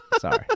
sorry